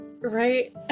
right